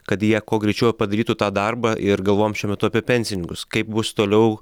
kad jie kuo greičiau padarytų tą darbą ir galvojam šiuo metu apie pensininkus kaip bus toliau